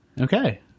Okay